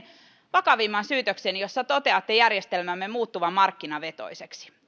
vakavimman syytöksen jossa toteatte järjestelmämme muuttuvan markkinavetoiseksi